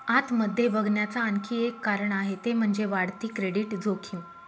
आत मध्ये बघण्याच आणखी एक कारण आहे ते म्हणजे, वाढती क्रेडिट जोखीम